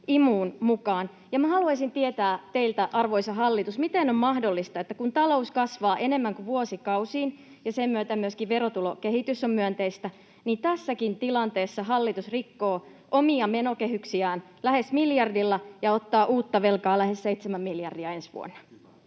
imuun mukaan. Minä haluaisin tietää ja kysyä teiltä, arvoisa hallitus: miten on mahdollista, että kun talous kasvaa enemmän kuin vuosikausiin ja sen myötä myöskin verotulokehitys on myönteistä, niin tässäkin tilanteessa hallitus rikkoo omia menokehyksiään lähes miljardilla ja ottaa uutta velkaa lähes 7 miljardia ensi vuonna?